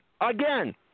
again